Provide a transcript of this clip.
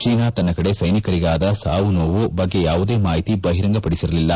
China ತನ್ನ ಕಡೆ ಸೈನಿಕರಿಗೆ ಆದ ಸಾವು ನೋವಿನ ಬಗ್ಗೆ ಯಾವುದೇ ಮಾಹಿತಿ ಬಹಿರಂಗಪಡಿಸಿರಲಿಲ್ಲ